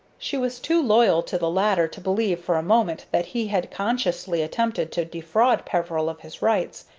she was too loyal to the latter to believe for a moment that he had consciously attempted to defraud peveril of his rights,